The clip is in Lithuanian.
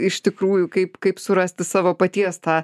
iš tikrųjų kaip kaip surasti savo paties tą